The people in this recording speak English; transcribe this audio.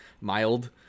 mild